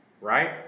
Right